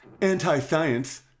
anti-science